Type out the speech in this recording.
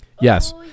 yes